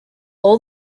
all